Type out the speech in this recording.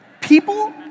People